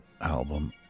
album